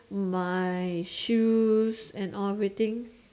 my shoes and everything